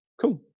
cool